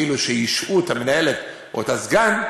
כאילו השעו את המנהלת ואת הסגן,